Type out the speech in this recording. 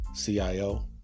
CIO